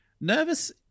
nervous